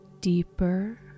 deeper